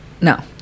no